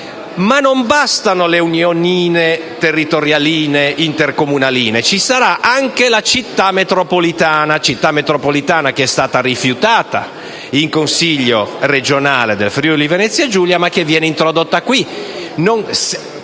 Ma non bastano le "unionine territorialine intercomunaline"; ci sarà anche la Città metropolitana, che è stata rifiutata in Consiglio regionale del Friuli-Venezia Giulia, ma che viene introdotta in